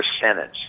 percentage